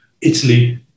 Italy